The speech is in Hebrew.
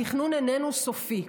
התכנון איננו סופי,